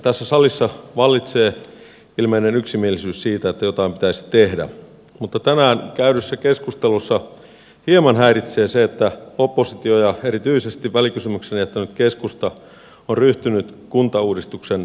tässä salissa vallitsee ilmeinen yksimielisyys siitä että jotain pitäisi tehdä mutta tänään käydyssä keskustelussa hieman häiritsee se että oppositio ja erityisesti välikysymyksen jättänyt keskusta on ryhtynyt kuntauudistuksen torppaajaksi